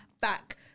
back